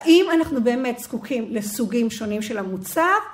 אם אנחנו באמת זקוקים לסוגים שונים של המוצר.